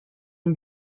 این